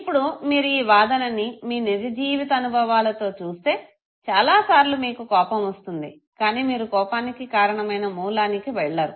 ఇప్పుడు మీరు ఈ వాదనని మీ నిజ జీవిత అనుభవాలతో చూస్తే చాలా సార్లు మీకు కోపం వస్తుంది కానీ మీరు కోపానికి కారణమైన మూలానికి వెళ్లరు